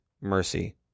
mercy